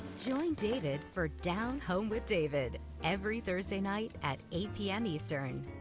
join david for down home with david, every thursday night at eight pm eastern.